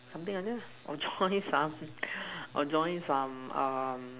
something like that or join some or join some um